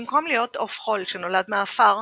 במקום להיות עוף חול שנולד מהעפר,